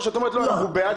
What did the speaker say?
או שאת אומרת לא, אנחנו בעד